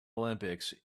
olympics